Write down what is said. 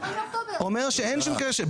אומר שאין שום קשר.